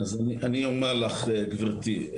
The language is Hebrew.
אני אומר לך גבירתי,